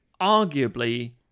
arguably